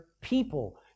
people